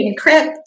encrypt